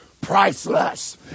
priceless